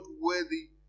worthy